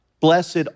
Blessed